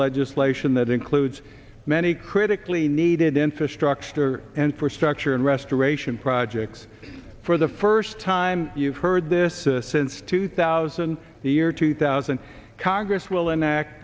legislation that includes many critically needed infrastructure and for structure and restoration projects for the first time you've heard this since two thousand the year two thousand congress will enact